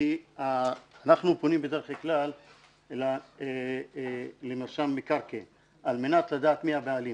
כי אנחנו פונים בדרך כלל למרשם מקרקעין על מנת לדעת מי הבעלים.